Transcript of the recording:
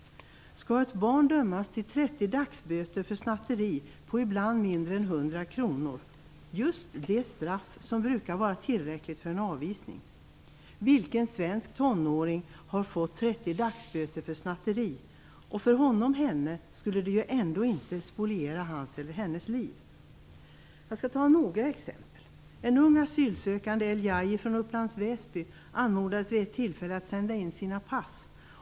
Skall ett barn dömas till 30 dagsböter för snatteri för ibland mindre än 100 kr, just det straff som brukar vara tillräckligt för avvisning? Vilken svensk tonåring har fått 30 dagsböter för snatteri? Ändå skulle det inte spoliera hans eller hennes liv. Jag skall ta upp några exempel. En ung asylsökande familj, El Jaji, från Upplands Väsby, anmodades vid ett tillfälle att sända in sina pass.